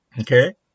okay